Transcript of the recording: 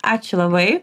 ačiū labai